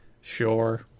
Sure